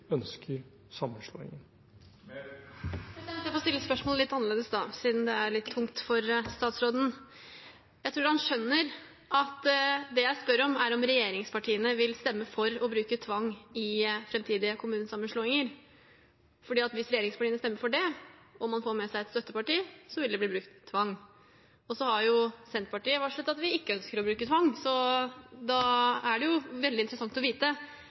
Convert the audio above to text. ønsker sammenslåingen. Jeg får stille spørsmålet litt annerledes, da, siden det er litt tungt for statsråden. Jeg tror han skjønner at det jeg spør om, er om regjeringspartiene vil stemme for å bruke tvang i framtidige kommunesammenslåinger. For hvis regjeringspartiene stemmer for det og man får med seg et støtteparti, vil det bli brukt tvang. Senterpartiet har jo varslet at vi ikke ønsker å bruke tvang. Da er det veldig interessant å vite